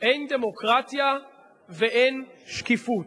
אין דמוקרטיה ואין שקיפות.